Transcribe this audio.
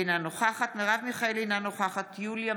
אינה נוכחת מרב מיכאלי, אינה